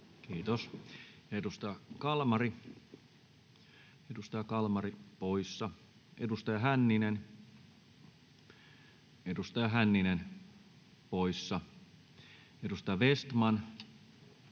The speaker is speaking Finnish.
Kiitos. — Edustaja Kalmari, edustaja Kalmari poissa. Edustaja Hänninen, edustaja Hänninen poissa. Edustaja Vestman,